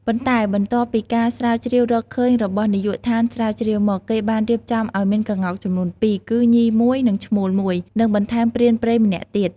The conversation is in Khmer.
ប៉ុន្តែបន្ទាប់ពីការស្រាវជ្រាវរកឃើញរបស់នាយកដ្ឋានស្រាវជ្រាវមក គេបានរៀបចំឲ្យមានក្ងោកចំនួនពីរ គឺញីមួយ និងឈ្មោលមួយ និងបន្ថែមព្រានព្រៃម្នាក់ទៀត។